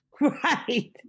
Right